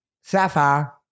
Sapphire